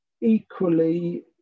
Equally